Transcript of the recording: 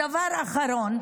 דבר אחרון,